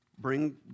Bring